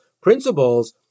principles